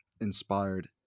inspired